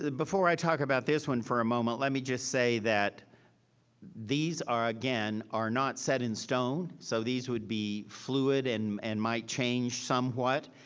before i talk about this one for a moment, let me just say that these are again, are not set in stone. so these would be fluid and and might change somewhat.